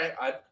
right